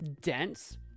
dense